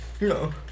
No